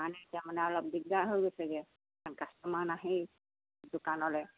সেই কাৰণে মানে অলপ দিগদাৰ হৈ গৈছেগে কাৰণ কাষ্টমাৰ নাহেয়ে দোকানলৈ